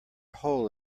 hole